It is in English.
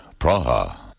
Praha